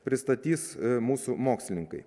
pristatys mūsų mokslininkai